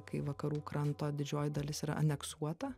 kai vakarų kranto didžioji dalis yra aneksuota